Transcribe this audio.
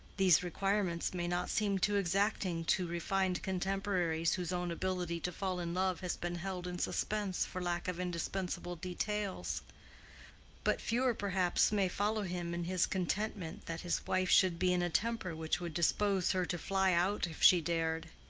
these requirements may not seem too exacting to refined contemporaries whose own ability to fall in love has been held in suspense for lack of indispensable details but fewer perhaps may follow him in his contentment that his wife should be in a temper which would dispose her to fly out if she dared,